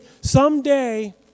someday